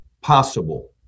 possible